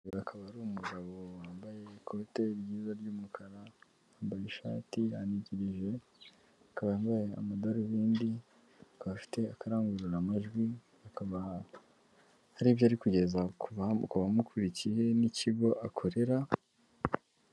Uyu akaba ari umugabo wambaye ikote ryiza ry'umukara, yambaye ishati yanangirije, akaba yambaye amadarubindi, akaba afite akarangururamajwi akaba hari ibyo ari kugeza kubamukurikiye n'ikigo akorera.